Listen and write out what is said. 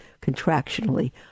contractionally